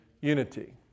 unity